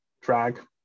drag